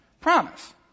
promise